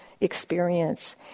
experience